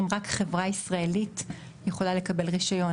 רק חברה ישראלית יכולה לקבל רישיון.